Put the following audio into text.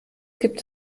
gibt